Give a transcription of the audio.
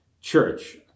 Church